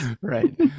Right